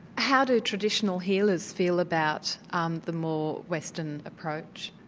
how do traditional healers feel about um the more western approach?